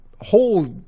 whole